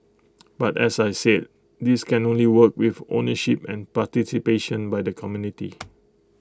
but as I said this can only work with ownership and participation by the community